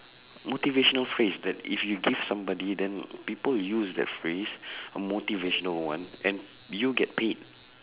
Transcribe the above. motivational phrase that if you give somebody then people will use that phrase a motivational one and you get paid